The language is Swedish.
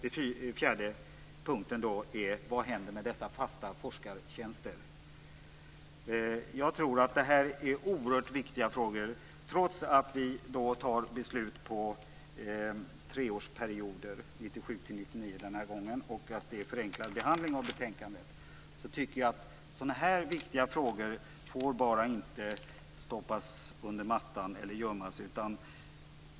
En fjärde punkt är: Vad händer med dessa fasta forskartjänster? Jag tror att det här är oerhört viktiga frågor. Trots att vi fattar beslut för treårsperioder - den här gången gäller det 1997-1999 - och att det förenklar behandlingen av betänkandet, tycker jag att sådana här viktiga frågor bara inte får stoppas under mattan eller gömmas.